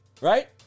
Right